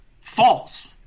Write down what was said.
False